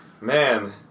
man